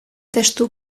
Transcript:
testu